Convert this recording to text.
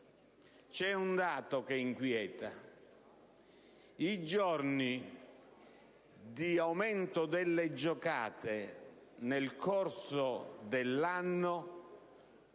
C'è un dato che inquieta: i giorni di aumento delle giocate nel corso dell'anno,